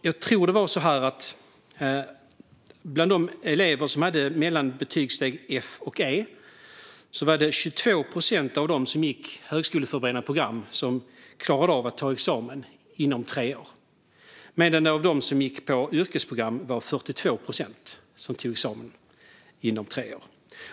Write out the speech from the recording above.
Jag tror att det bland de elever som hade betyg mellan stegen F och E var 22 procent på högskoleförberedande program som klarade av att ta examen inom tre år, medan det av dem som gick yrkesprogram var 42 procent som tog examen inom tre år.